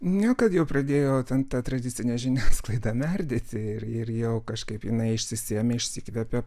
ne kad jau pradėjo ten ta tradicinė žiniasklaida merdėti ir ir jau kažkaip jinai išsisėmė išsikvėpė